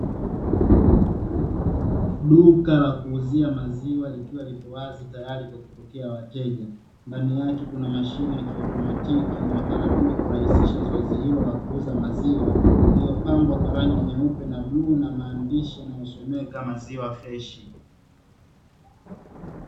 Duka la kuuzia maziwa likiwa lipo wazi tayari kwa ajili ya kupokea wateja, ndani yake kuna mashine ya kiautomatiki inayotarajiwa kurahisisha zoezi hilo la kuuza maziwa, iliyopambwa kwa rangi nyeupe na bluu na maandishi yanayosomeka maziwa freshi.